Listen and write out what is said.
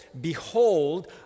Behold